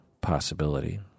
possibility